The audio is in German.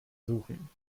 suchen